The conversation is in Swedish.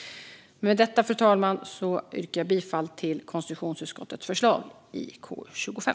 Med detta, fru talman, yrkar jag bifall till konstitutionsutskottets förslag i KU25.